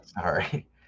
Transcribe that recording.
Sorry